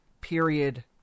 period